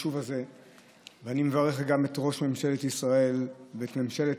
ואני מברך גם את ראש ממשלת ישראל ואת ממשלת